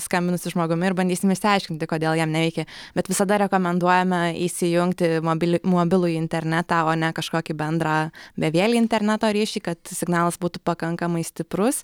skambinusiu žmogumi ir bandysim išsiaiškinti kodėl jam neveikė bet visada rekomenduojame įsijungti mobili mobilųjį internetą o ne kažkokį bendrą bevielį interneto ryšį kad signalas būtų pakankamai stiprus